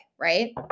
right